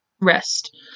rest